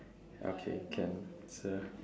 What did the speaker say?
okay can so